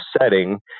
setting